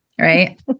right